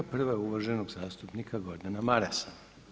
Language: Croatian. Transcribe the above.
Prva je uvaženog zastupnika Gordana Marasa.